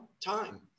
Time